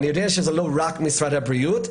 אני יודע שזה לא רק משרד הבריאות,